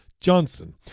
Johnson